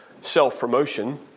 self-promotion